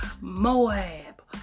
Moab